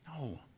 No